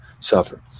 suffer